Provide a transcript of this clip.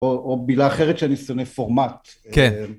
או מילה אחרת שאני שונא, פורמט. כן.